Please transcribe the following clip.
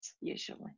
usually